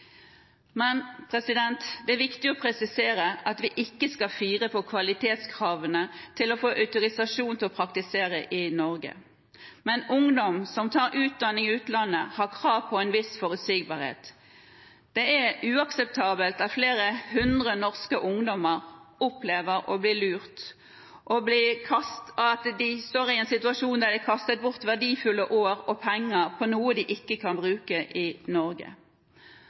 Det er viktig å presisere at vi ikke skal fire på kvalitetskravene til å få autorisasjon til å praktisere i Norge. Men ungdom som tar utdanning i utlandet, har krav på en viss forutsigbarhet. Det er uakseptabelt at flere hundre norske ungdommer opplever å bli lurt. De står i en situasjon der de har kastet bort verdifulle år og penger på noe de ikke kan bruke i Norge.